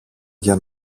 για